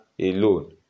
alone